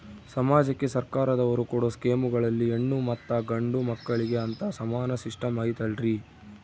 ಸಮಾಜಕ್ಕೆ ಸರ್ಕಾರದವರು ಕೊಡೊ ಸ್ಕೇಮುಗಳಲ್ಲಿ ಹೆಣ್ಣು ಮತ್ತಾ ಗಂಡು ಮಕ್ಕಳಿಗೆ ಅಂತಾ ಸಮಾನ ಸಿಸ್ಟಮ್ ಐತಲ್ರಿ?